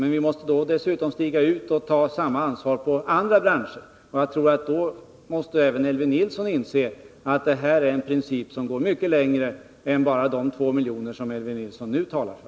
Dessutom måste vi i så fall stiga ut och ta samma ansvar beträffande andra branscher, och då tror jag att även Elvy Nilsson måste inse att det är en princip som gäller mycket mer än de 2 milj.kr. som Elvy Nilsson nu talar om.